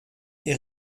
est